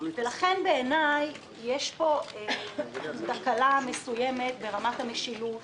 לכן בעיניי יש פה תקלה מסוימת ברמת המשילות